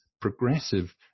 progressive